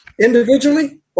Individually